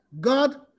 God